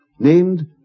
Named